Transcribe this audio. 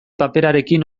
paperarekin